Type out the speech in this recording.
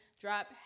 drop